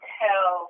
tell